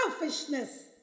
selfishness